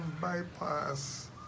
bypass